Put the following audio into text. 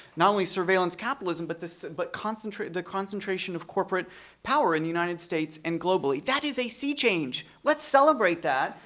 not only surveillance capitalism, but the but concentration the concentration of corporate power in the united states and globally. that is a sea change, let's celebrate that,